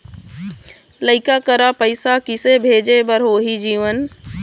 लइका करा पैसा किसे भेजे बार होही जीवन